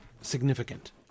significant